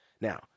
Now